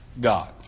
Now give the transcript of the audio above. God